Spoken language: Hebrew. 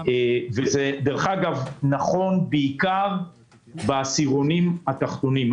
דרך אגב, זה נכון בעיקר בעשירונים התחתונים.